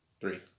Three